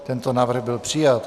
Tento návrh byl přijat.